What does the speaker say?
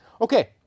okay